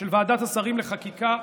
של ועדת השרים לחקיקה,